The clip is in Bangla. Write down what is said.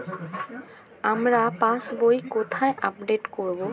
আমার পাস বই কোথায় আপডেট করব?